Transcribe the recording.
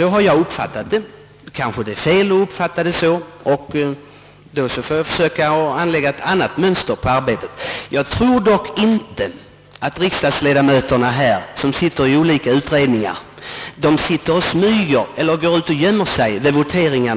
är det fel — fru Ekendahl? Jag tror dock att de riksdagsledamöter som sitter i olika utredningar inte går ut och gömmer sig, när det blir votering i